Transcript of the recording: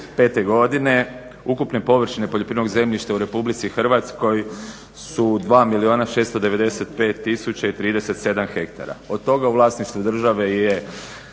2005. godine ukupne površine poljoprivrednog zemljišta u Republici Hrvatskoj su 2 milijuna 695 tisuća i 37 hektara. Od toga u vlasništvu države je